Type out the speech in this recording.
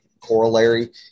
corollary